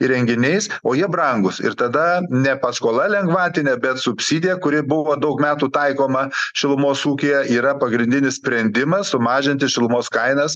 įrenginiais o jie brangūs ir tada ne paskola lengvatinė bet subsidija kuri buvo daug metų taikoma šilumos ūkyje yra pagrindinis sprendimas sumažinti šilumos kainas